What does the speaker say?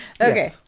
Okay